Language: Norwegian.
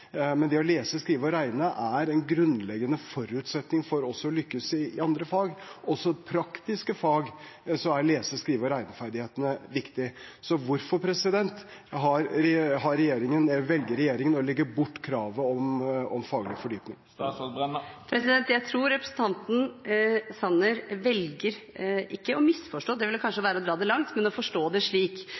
men det å lese, skrive og regne er en grunnleggende forutsetning for også å lykkes i andre fag. Også i praktiske fag er lese-, skrive- og regneferdighetene viktig. Hvorfor velger regjeringen å legge bort kravet om faglig fordypning? Jeg tror representanten Sanner velger, om ikke å misforstå – det ville kanskje være å dra det langt – så å forstå det slik.